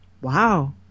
Wow